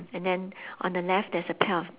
and then on the left there's a pair of